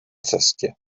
cestě